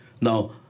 Now